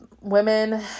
women